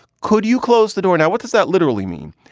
could you close the door now? what does that literally mean?